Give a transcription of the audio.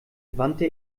wandte